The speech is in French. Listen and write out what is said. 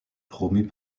promu